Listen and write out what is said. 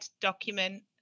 document